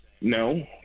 no